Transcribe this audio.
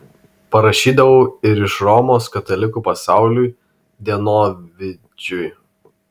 parašydavau ir iš romos katalikų pasauliui dienovidžiui